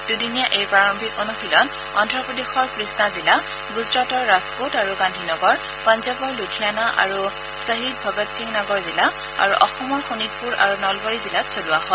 দুদিনীয়া এই প্ৰাৰম্ভিক অনুশীলন অদ্ধপ্ৰদেশৰ কৃষ্ণা জিলা গুজৰাটৰ ৰাজকোট আৰু গান্ধীনগৰ পঞ্জাৱৰ লুধিয়ানা আৰু ছহিদ ভগত সিং নগৰ জিলা আৰু অসমৰ শোণিতপুৰ আৰু নলবাৰী জিলাত চলোৱা হয়